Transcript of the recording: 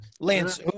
Lance